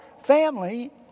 family